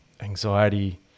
anxiety